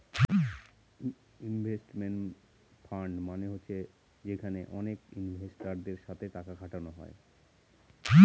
investment fund মানে হচ্ছে যেখানে অনেক ইনভেস্টারদের সাথে টাকা খাটানো হয়